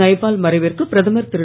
நைபால் மறைவிற்கு பிரதமர் திரு